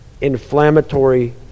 inflammatory